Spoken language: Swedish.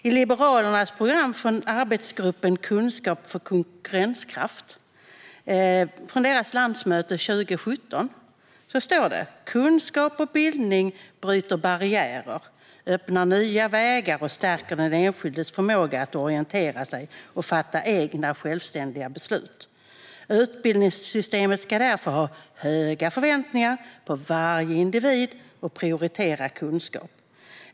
I Liberalernas program från arbetsgruppen Kunskap för konkurrenskraft på deras landsmöte 2017 står det: Kunskap och bildning bryter barriärer, öppnar nya vägar och stärker den enskildes förmåga att orientera sig och fatta egna självständiga beslut. Utbildningssystemet ska därför ha höga förväntningar på varje individ och prioritera kunskap.